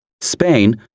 Spain